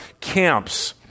camps